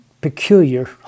peculiar